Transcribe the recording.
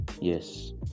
yes